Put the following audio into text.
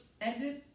ended